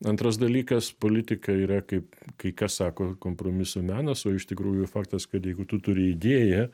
antras dalykas politika yra kaip kai kas sako kompromisų menas o iš tikrųjų faktas kad jeigu tu turi idėją